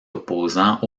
opposant